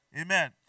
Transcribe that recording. Amen